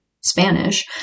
Spanish